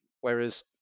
Whereas